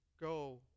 Go